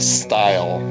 style